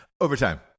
Overtime